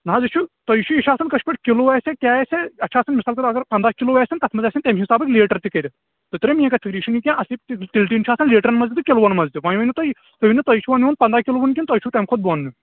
نہَ حظ یہِ چھُ تُہی وُچھِو یہِ چھُ آسان کٲشِرۍ پٲٹھۍ کِلوٗ آسیٛا کیٛاہ آسیٛا اَتھ چھُ آسان مِثال کے طور پر اگر پنٛداہ کِلوٗ آسان تتھ منٛز آسان تَمہِ حسابہٕ لیٖٹر تہِ کٔرِتھ ژےٚ تٔریاہ میٛٲنۍ کتھ فِکرِ یہِ چھُنہٕ یہِ کیٚنٛہہ اَصلی تیٖلہٕ ٹیٖن چھُ آسان لیٖٹرن منٛز تہِ تہٕ کِلوٗن منٛز تہِ وۅنۍ ؤنِو تُہۍ تُہۍ ؤنِو تۅہہِ چھُوا نِیُن پنٛداہ کِلوُن کِنہٕ تۅہہِ چھُو تَمہِ کھۅتہٕ بۅن نِیُن